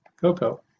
Coco